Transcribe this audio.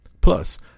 Plus